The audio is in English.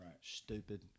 Stupid